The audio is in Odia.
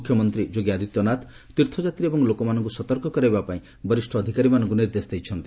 ମୁଖ୍ୟମନ୍ତ୍ରୀ ଯୋଗୀ ଆଦିତ୍ୟନାଥ ତୀର୍ଥଯାତ୍ରୀ ଏବଂ ଲୋକମାନଙ୍କୁ ସତର୍କ କରାଇବା ପାଇଁ ବରିଷ ଅଧିକାରୀମାନଙ୍କୁ ନିର୍ଦ୍ଦେଶ ଦେଇଛନ୍ତି